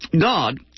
God